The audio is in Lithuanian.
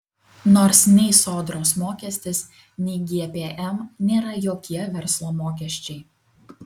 nors nei sodros mokestis nei gpm nėra jokie verslo mokesčiai